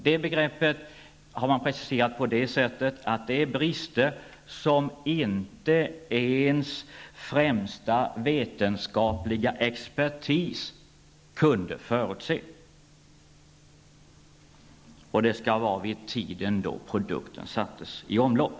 Detta begrepp har preciserats så, att det är fråga om brister som inte ens främsta vetenskapliga expertis kunde förutse vid tiden då produkten sattes i omlopp.